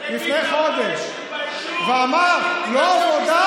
לפני חודש ואמר: לא עבודה,